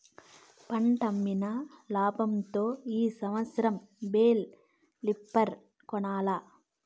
పంటమ్మిన లాబంతో ఈ సంవత్సరం బేల్ లిఫ్టర్ కొనాల్ల